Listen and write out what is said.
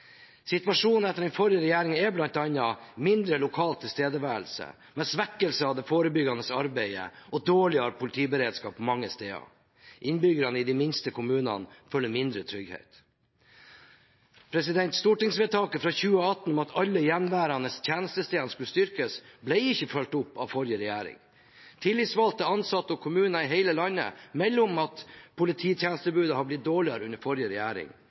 Situasjonen etter den forrige regjeringen er bl.a. mindre lokal tilstedeværelse, med svekkelse av det forebyggende arbeidet og dårligere politiberedskap mange steder. Innbyggerne i de minste kommunene føler mindre trygghet. Stortingsvedtaket fra 2018 om at alle de gjenværende tjenestestedene skulle styrkes, ble ikke fulgt opp av forrige regjering. Tillitsvalgte, ansatte og kommuner i hele landet melder om at polititjenestetilbudet har blitt dårligere under forrige regjering,